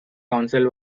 council